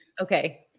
Okay